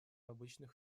обычных